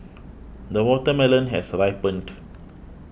the watermelon has ripened